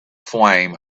flame